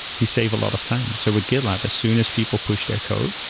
you save a lot of time. so with gitlab, as soon as people push their code,